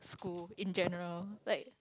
school in general like